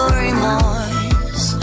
remorse